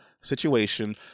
situation